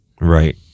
Right